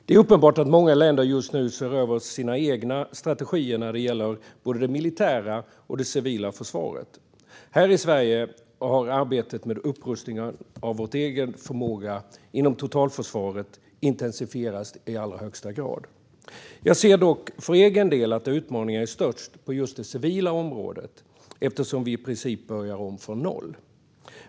Det är uppenbart att många länder just nu ser över sina egna strategier när det gäller både det militära och det civila försvaret. Här i Sverige har arbetet med upprustningen av vår egen förmåga inom totalförsvaret i allra högsta grad intensifierats. Jag ser dock för egen del att utmaningarna är störst på just det civila området, eftersom vi i princip börjar om från noll.